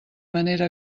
manera